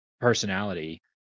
personality